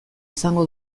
izango